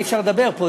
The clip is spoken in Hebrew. אי-אפשר לדבר פה,